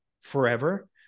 forever